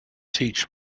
teach